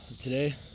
today